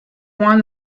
won